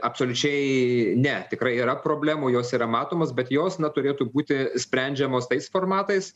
absoliučiai ne tikrai yra problemų jos yra matomos bet jos na turėtų būti sprendžiamos tais formatais